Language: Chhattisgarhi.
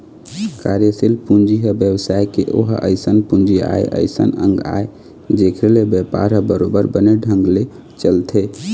कार्यसील पूंजी ह बेवसाय के ओहा अइसन पूंजी आय अइसन अंग आय जेखर ले बेपार ह बरोबर बने ढंग ले चलथे